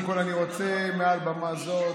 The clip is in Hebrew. אומנם אני אחרי שבועיים בוועדת הכספים,